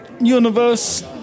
Universe